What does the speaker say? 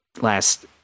last